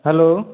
hello